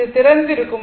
இது திறந்திருக்கும்